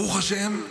ברוך השם,